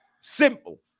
Simple